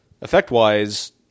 effect-wise